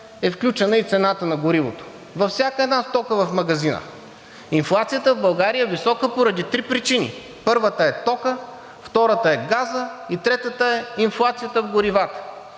е включена и цената на горивото. Във всяка една стока в магазина! Инфлацията в България е висока поради три причини: първата е токът; втората е газът; и третата е инфлацията в горивата.